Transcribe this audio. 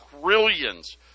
trillions